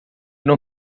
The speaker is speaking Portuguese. não